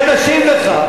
מייד נשיב לך.